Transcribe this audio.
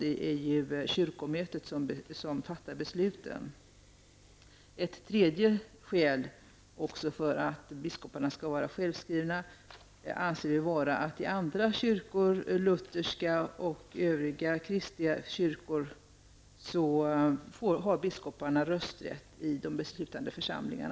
Det är ju kyrkomötet som fattar besluten. Ett tredje skäl för att biskoparna skall vara självskrivna är att alla andra lutherska kyrkor och troligen också alla andra kristna kyrkor ger sina biskopar rösträtt i sina beslutande församlingar.